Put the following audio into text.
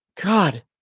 God